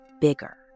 bigger